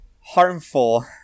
harmful